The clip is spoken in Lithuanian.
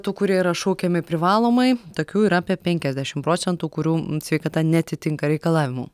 tų kurie yra šaukiami privalomai tokių yra apie penkiasdešim procentų kurių sveikata neatitinka reikalavimų